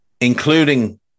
Including